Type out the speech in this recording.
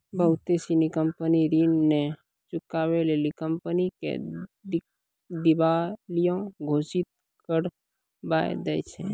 बहुते सिनी कंपनी ऋण नै चुकाबै लेली कंपनी के दिबालिया घोषित करबाय दै छै